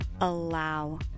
allow